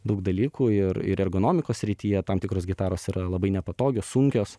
daug dalykų ir ir ergonomikos srityje tam tikros gitaros yra labai nepatogios sunkios